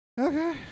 Okay